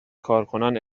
کارکنان